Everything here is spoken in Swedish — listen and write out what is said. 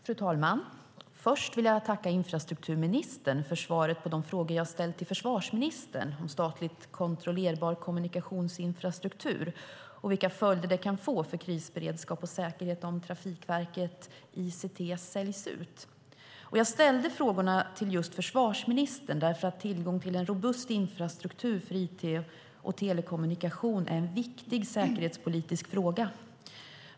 Fru talman! Först vill jag tacka infrastrukturministern för svaren på de frågor som jag ställt till försvarsministern om statligt kontrollerbar kommunikationsinfrastruktur och vilka följder det kan få för krisberedskap och säkerhet om Trafikverket ICT säljs ut. Jag ställde frågorna till just försvarsministern därför att tillgång till en robust infrastruktur för it och telekommunikation är en viktig säkerhetspolitisk fråga.